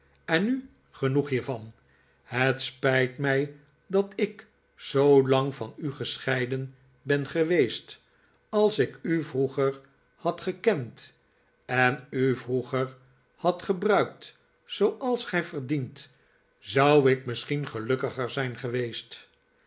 en nu genoeg hiervan het spijt mij dat ik zoolang van u gescheiden ben geweest als ik u vroeger had gekend en u vroeger had gebruikt zooals gij verdient zou ik misschien gelukkiger zijn geweest